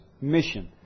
mission